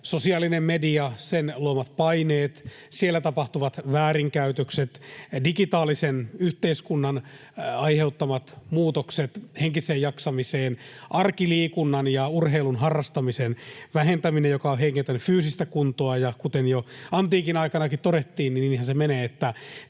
sosiaalinen media, sen luomat paineet, siellä tapahtuvat väärinkäytökset, digitaalisen yhteiskunnan aiheuttamat muutokset henkiseen jaksamiseen, arkiliikunnan ja urheilun harrastamisen väheneminen, joka on heikentänyt fyysistä kuntoa, ja kuten jo antiikin aikanakin todettiin, niinhän se menee,